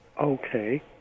Okay